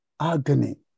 agony